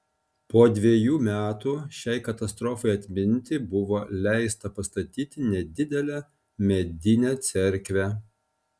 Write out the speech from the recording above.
po dvejų metų šiai katastrofai atminti buvo leista pastatyti nedidelę medinę cerkvę